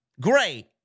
Great